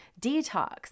detox